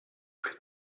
plus